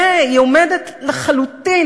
והיא עומדת לחלוטין,